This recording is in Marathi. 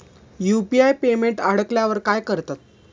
यु.पी.आय पेमेंट अडकल्यावर काय करतात?